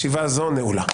ישיבה זו נעולה.